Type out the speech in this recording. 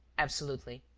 absolutely.